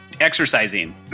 exercising